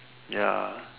ya